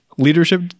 leadership